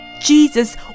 Jesus